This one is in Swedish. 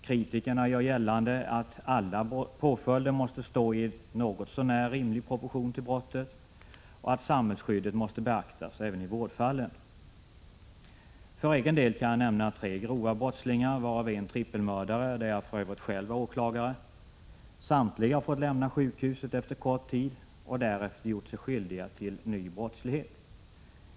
Kritikerna gör gällande att alla påföljder måste stå i en något så när rimlig proportion till brottet och att samhällsskyddet måste beaktas även i vårdfallen. För egen'del kan jag nämna tre grova brottslingar varav en trippelmördare, där jag för övrigt själv var åklagare. Samtliga har fått lämna sjukhuset efter kort tid och därefter gjort sig skyldiga till ny brottslighet.